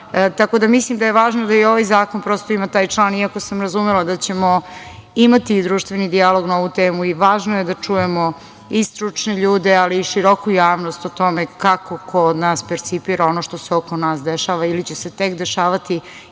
Tako da mislim da je važno da i ovaj zakon prosto ima taj član, iako sam razumela da ćemo imati i društveni dijalog na ovu temu i važno je da čujemo i stručne ljude, ali i široku javnost o tome kako ko od nas percipira ono što se oko nas dešava ili će se tek dešavati,